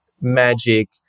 magic